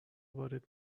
وارد